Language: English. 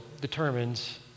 determines